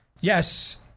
yes